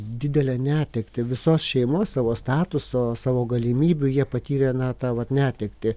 didelę netektį visos šeimos savo statuso savo galimybių jie patyrė na tą vat netektį